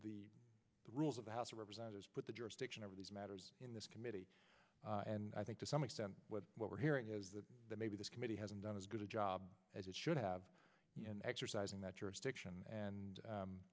the rules of the house of representatives put the jurisdiction over these matters in this committee and i think to some extent what we're hearing is that maybe this committee hasn't done as good a job as it should have in exercising that jurisdiction and